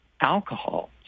alcohol